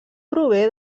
prové